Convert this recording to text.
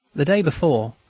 the day before,